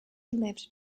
lived